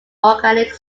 organic